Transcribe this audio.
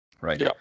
right